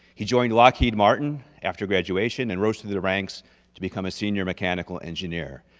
he joined lockheed martin after graduation and rose through the ranks to become a senior mechanical engineer.